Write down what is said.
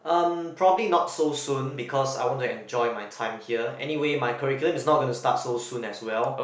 um probably not so soon because I want to enjoy my time here anyway my curriculum is not gonna start so soon as well